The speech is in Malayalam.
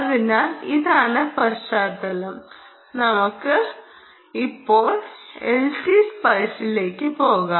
അതിനാൽ ഇതാണ് പശ്ചാത്തലം നമുക്ക് ഇപ്പോൾ എൽടി സ്പൈസിലേക്ക് പോകാം